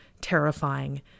terrifying